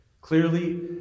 Clearly